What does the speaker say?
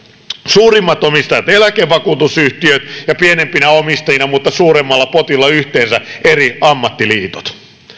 suurimmat omistajat eläkevakuutusyhtiöt ja pienempinä omistajina mutta suuremmalla potilla yhteensä eri ammattiliitot